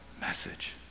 message